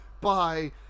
Bye